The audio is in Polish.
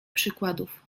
przykładów